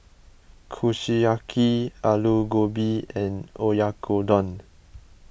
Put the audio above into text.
Kushiyaki Alu Gobi and Oyakodon